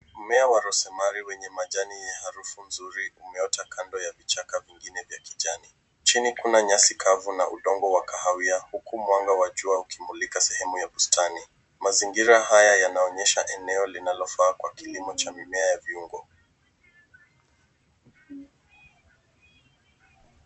Mmea wa rosemary wenye majani yenye harufu nzuri umeota kando ya kichaka pengine vya kijani chini kuna nyasi kavu na udongo wa kahawia, huku mwana wajua ukimulika sehemu ya bustani mazingira haya yanaonyesha eneo linalofaa kwa kilimo cha mimea ya viungo.